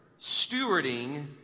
stewarding